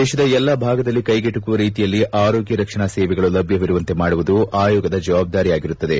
ದೇಶದ ಎಲ್ಲಾ ಭಾಗದಲ್ಲಿ ಕೈಗೆಟಕುವ ರೀತಿಯಲ್ಲಿ ಆರೋಗ್ಯ ರಕ್ಷಣಾ ಸೇವೆಗಳು ಲಭ್ಯವಿರುವಂತೆ ಮಾಡುವುದು ಆಯೋಗದ ಜವಾಬ್ಲಾರಿಯಾಗಿರುತ್ತದೆ